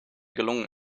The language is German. gelungen